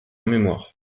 mémoire